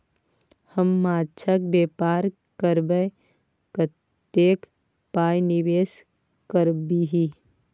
हम माछक बेपार करबै कतेक पाय निवेश करबिही?